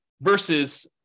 versus